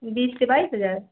बीस से बाईस हज़ार